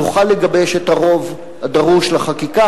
נוכל לגבש את הרוב הדרוש לחקיקה.